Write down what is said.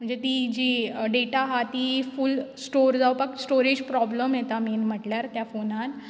म्हणजे ती जी डेटा आहा ती फूल स्टोर जावपाक स्टोरेज प्रोब्लेम येता मेन म्हटल्यार त्या फोनान